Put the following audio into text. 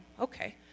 Okay